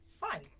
fine